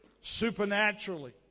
supernaturally